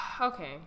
Okay